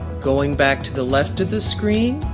going back to the left of the screen,